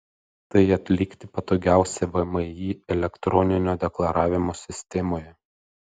tai atlikti patogiausia vmi elektroninio deklaravimo sistemoje